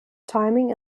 timing